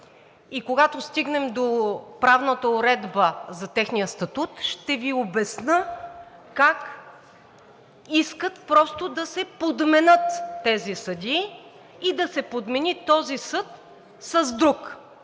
и когато стигнем до правната уредба за техния статут, ще Ви обясня как искат просто да се подменят тези съдии и да се подмени този съд с друг,